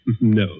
no